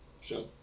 Sure